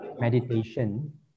Meditation